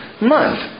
month